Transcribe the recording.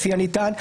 לפי הנטען,